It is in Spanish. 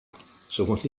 somos